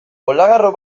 olagarro